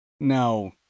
now